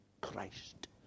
Christ